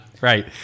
Right